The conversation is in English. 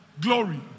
Glory